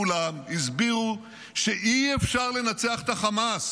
כולם הסבירו שאי-אפשר לנצח את חמאס.